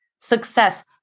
success